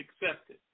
accepted